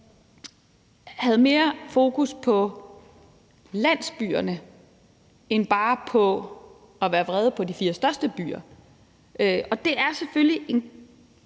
har mere fokus på landsbyerne end på bare at være vrede på de fire største byer. Det er selvfølgelig en